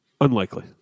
unlikely